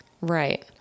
Right